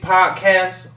Podcast